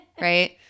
Right